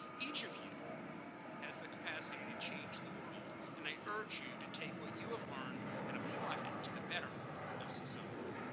each of you has the capacity to change the world, and i urge you to take what you have learned and apply it to the betterment of society.